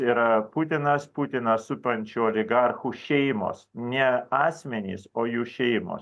yra putinas putiną supančių oligarchų šeimos ne asmenys o jų šeimos